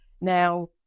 Now